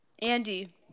Andy